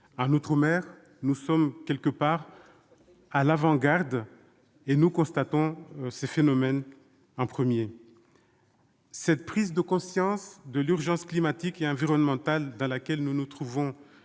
manière, nous sommes, en outre-mer, à l'avant-garde : nous constatons ces phénomènes en premier. Cette prise de conscience de l'urgence climatique et environnementale face à laquelle nous nous trouvons